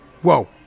whoa